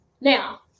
now